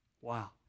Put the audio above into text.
Wow